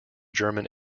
german